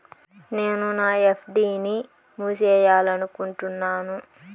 నేను నా ఎఫ్.డి ని మూసేయాలనుకుంటున్నాను